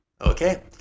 Okay